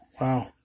Wow